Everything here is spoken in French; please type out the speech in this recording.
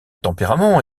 tempérament